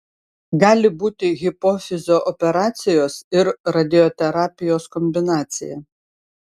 gali būti hipofizio operacijos ir radioterapijos kombinacija